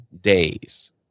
days